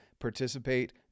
participate